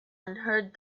inherit